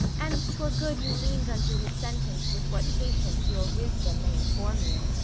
and twere good you lean'd unto his sentence with what patience your wisdom may inform you.